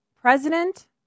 President